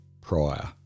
prior